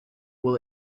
will